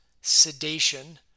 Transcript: sedation